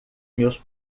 meus